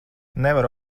nevaru